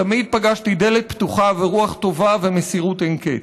תמיד פגשתי דלת פתוחה, רוח טובה ומסירות אין-קץ.